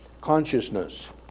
Consciousness